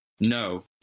No